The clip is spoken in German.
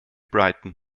brighton